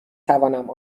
توانم